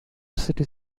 city